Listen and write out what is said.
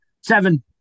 Seven